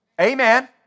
Amen